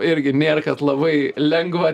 irgi nėr kad labai lengva